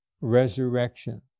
resurrection